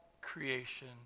creation